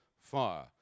fire